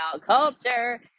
culture